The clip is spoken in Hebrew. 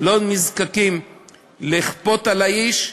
לא נזקקים לכפות על האיש.